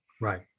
Right